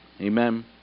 amen